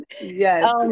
Yes